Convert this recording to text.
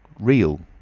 real.